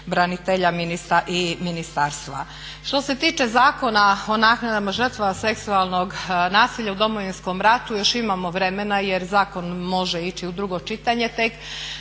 ministra i ministarstva. Što se tiče Zakona o naknadama žrtava seksualnog nasilja u Domovinskom ratu još imamo vremena jer zakon može ići u drugo čitanje te